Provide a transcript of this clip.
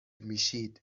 میشید